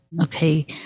Okay